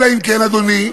אלא אם כן, אדוני,